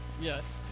yes